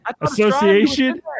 Association